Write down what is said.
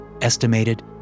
estimated